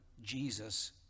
Jesus